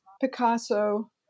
Picasso